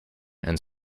and